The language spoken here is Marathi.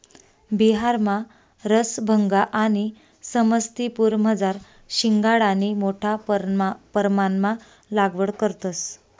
बिहारमा रसभंगा आणि समस्तीपुरमझार शिंघाडानी मोठा परमाणमा लागवड करतंस